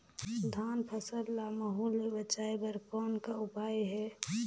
धान फसल ल महू ले बचाय बर कौन का उपाय हे?